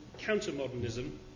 countermodernism